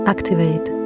Activate